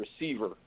receiver